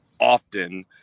often